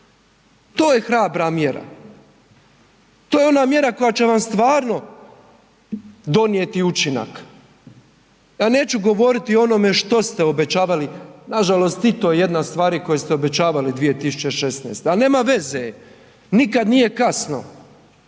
To je hrabra mjera, to je ona mjera koja će vam stvarno donijeti učinak. Ja neću govoriti o onome što ste obećavali, nažalost i to je jedna od stvari koje ste obećavali 2016., ali nema veze, nikad nije kasno.